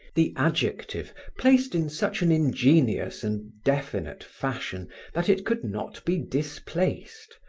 the adjective placed in such an ingenious and definite fashion that it could not be displaced,